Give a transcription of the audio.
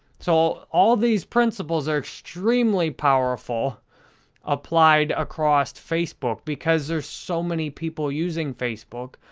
so, all these principles are extremely powerful applied across facebook because there's so many people using facebook.